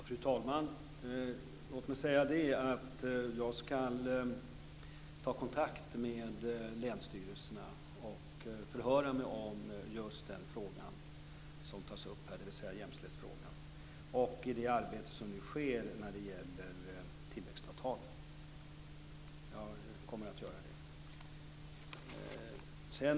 Fru talman! Jag kommer att ta kontakt med länsstyrelserna och förhöra mig om just den fråga som här tas upp, dvs. jämställdhetsfrågan och det arbete som nu sker när det gäller tillväxtavtalen.